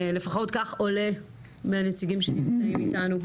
לפחות כך עולה מהנציגים שנמצאים איתנו כאן.